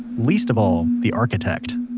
least of all the architect